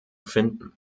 finden